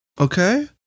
okay